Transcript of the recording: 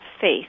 faith